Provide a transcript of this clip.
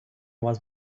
was